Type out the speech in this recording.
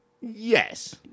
Yes